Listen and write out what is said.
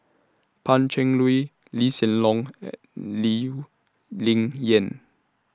Pan Cheng Lui Lee Hsien Loong and Lee Ling Yen